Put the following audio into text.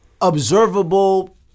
Observable